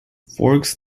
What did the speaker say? forks